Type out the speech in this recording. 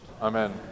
Amen